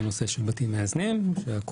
בנושא של בתים מאזנים והקופות,